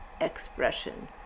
expression